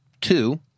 two